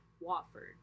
Watford